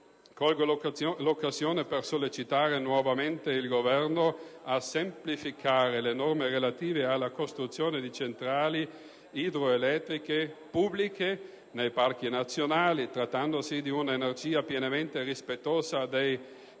Colgo l'occasione per sollecitare nuovamente il Governo a semplificare le norme relative alla costruzione di centrali idroelettriche pubbliche nei parchi nazionali, trattandosi di un'energia pienamente rispettosa dei criteri